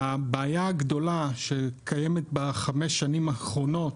הבעיה הגדולה שקיימת בחמש השנים האחרונות,